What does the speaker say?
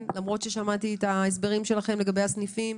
למרות ששמעתי את ההסברים שלכם לגבי הסניפים.